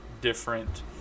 different